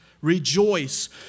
Rejoice